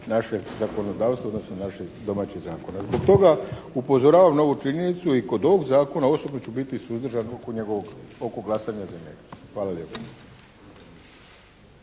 našeg zakonodavstva, odnosno našim domaćih zakona. Zbog toga upozoravam na ovu činjenicu i kod ovog zakona osobno ću biti suzdržan oko njegovog, oko glasanja za njega. Hvala lijepa.